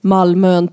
Malmö